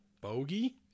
Bogey